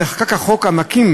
נחקק החוק המקים